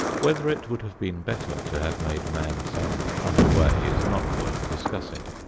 whether it would have been better to have made man some other way is not worth discussing.